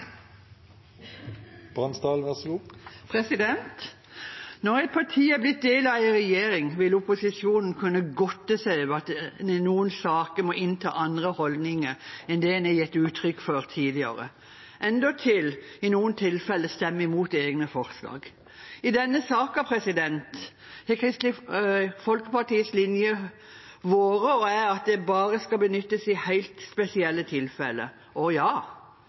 Når et parti har blitt en del av en regjering, vil opposisjonen kunne godte seg over at man i noen saker må innta andre holdninger enn man har gitt uttrykk for tidligere – endatil, i noen tilfeller, stemme imot egne forslag. I denne saken har Kristelig Folkepartis linje vært – og er fremdeles – at dette bare skal benyttes i helt spesielle tilfeller. Ja,